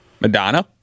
Madonna